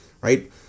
right